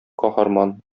каһарман